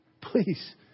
Please